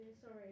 sorry